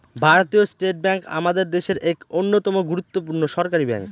ভারতীয় state bank আমাদের দেশের এক অন্যতম গুরুত্বপূর্ণ সরকারি ব্যাঙ্ক